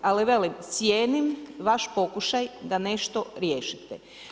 Ali velim cijenim vaš pokušaj da nešto riješite.